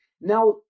Now